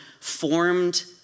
formed